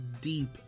deep